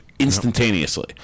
instantaneously